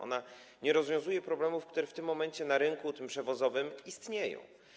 Ona nie rozwiązuje problemów, które w tym momencie na rynku przewozowym istnieją.